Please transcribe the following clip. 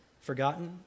forgotten